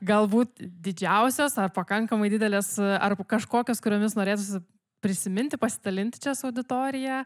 galbūt didžiausios ar pakankamai didelės ar kažkokios kuriomis norėtųsi prisiminti pasidalinti čia su auditorija